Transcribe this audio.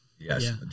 Yes